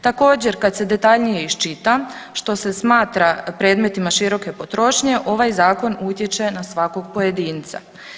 Također kad se detaljnije iščita što se smatra predmetima široke potrošnje ovaj zakon utječe na svakog pojedinca.